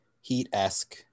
Heat-esque